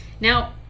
Now